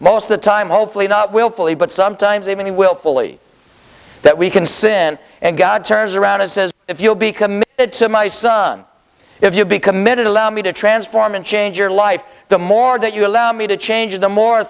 most of the time hopefully not willfully but sometimes even willfully that we can sin and god turns around and says if you'll be committed to my son if you become it allow me to transform and change your life the more that you allow me to change the more